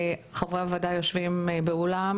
חברי הוועדה יושבים באולם.